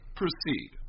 proceed